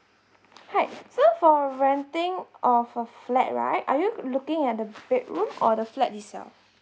hi so for renting of a flat right are you looking at the bedroom or the flat itself